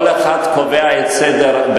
כל אחד קובע את סדר,